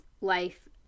life